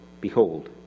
Behold